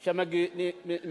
הנה, הוא